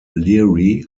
leary